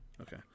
Okay